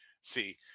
see